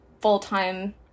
full-time